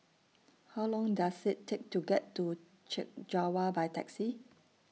How Long Does IT Take to get to Chek Jawa By Taxi